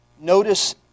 Notice